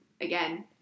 again